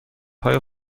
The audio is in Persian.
های